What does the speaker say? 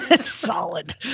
Solid